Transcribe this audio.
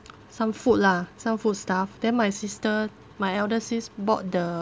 some food lah some food stuff then my sister my elder sis bought the